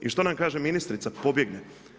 I što nam kaže ministrica, pobjegne.